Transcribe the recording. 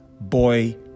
boy